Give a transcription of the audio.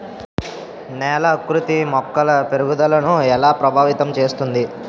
నేల ఆకృతి మొక్కల పెరుగుదలను ఎలా ప్రభావితం చేస్తుంది?